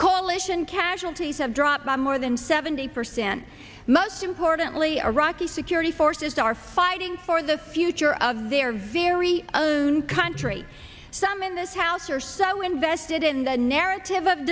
coalition casualties have dropped by more than seventy percent and most importantly iraqi security forces are fighting for the future of their very country some in this house are so invested in the narrative of